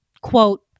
quote